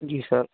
जी sir